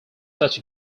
such